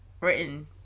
Written